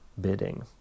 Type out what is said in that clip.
bidding